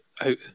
out